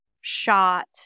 shot